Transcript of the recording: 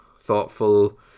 thoughtful